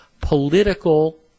political